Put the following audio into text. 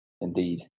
Indeed